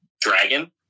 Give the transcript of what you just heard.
dragon